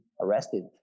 arrested